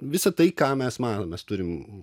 visą tai ką mes matom mes turim